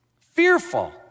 Fearful